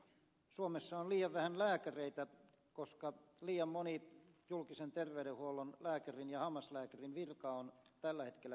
suomessa on liian vähän lääkäreitä koska liian moni julkisen terveydenhuollon lääkärin ja hammaslääkärin virka on tällä hetkellä täyttämättä